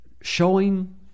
Showing